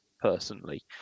personally